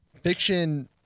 fiction